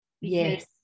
yes